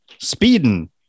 speeding